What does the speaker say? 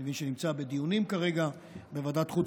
אני מבין שזה נמצא בדיונים כרגע בוועדת חוץ